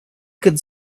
could